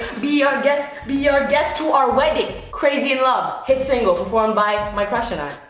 be our guest, be our guest to our wedding. crazy in love. hit single performed by my crush and i.